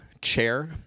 chair